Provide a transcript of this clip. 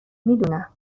میدونم